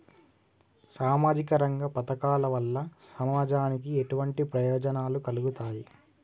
సామాజిక రంగ పథకాల వల్ల సమాజానికి ఎటువంటి ప్రయోజనాలు కలుగుతాయి?